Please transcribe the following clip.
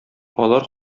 алар